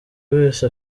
wese